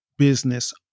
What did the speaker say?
business